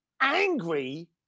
angry